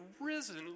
risen